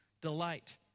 delight